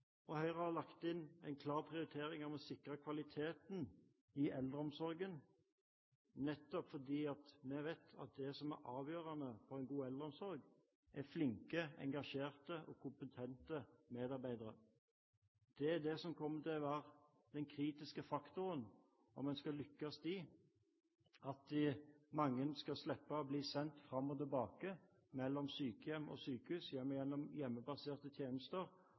habilitering. Høyre har lagt inn en klar prioritering om å sikre kvaliteten i eldreomsorgen, nettopp fordi vi vet at det som er avgjørende for en god eldreomsorg, er flinke, engasjerte og kompetente medarbeidere. Det som vil være den kritiske faktoren om en skal lykkes i at de mange skal slippe å bli sendt fram og tilbake mellom sykehjem og sykehus eller mellom hjemmebaserte tjenester